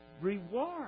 reward